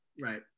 Right